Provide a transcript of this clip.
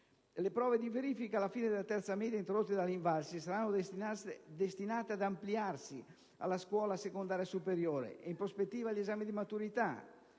Le prove di verifica alla fine della terza media introdotte dall'INVALSI saranno destinate ad ampliarsi alla scuola secondaria superiore e in prospettiva agli esami di maturità.